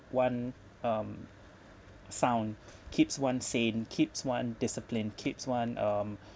one um sound keeps one sane keeps one discipline keeps one um